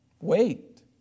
Wait